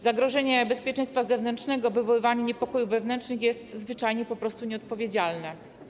Zagrożenie bezpieczeństwa zewnętrznego, wywoływanie niepokojów wewnętrznych jest po prostu nieodpowiedzialne.